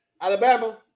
Alabama